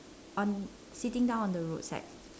on sitting down on the roadside